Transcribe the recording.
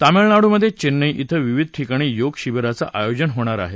तामिळनाडूमधे चेन्नई विं विविध ठिकाणी योग शिबिरांचं आयोजन होणार आहे